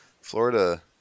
Florida